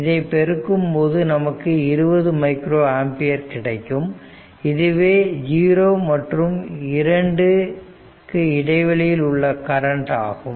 இதை பெருக்கும்போது நமக்கு 20 மைக்ரோ ஆம்பியர் கிடைக்கும் இதுவே 0 மற்றும் 2 இடைவெளியில் உள்ள கரண்ட் ஆகும்